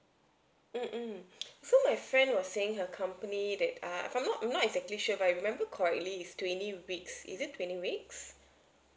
mmhmm so my friend was saying her company that uh if I'm not I'm not exactly sure if I remember correctly it's twenty weeks is it twenty weeks